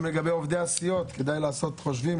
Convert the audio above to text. גם לגבי עובדי הסיעות, כדאי לעשות חושבים.